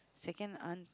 second aunt